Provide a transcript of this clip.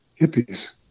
hippies